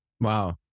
Wow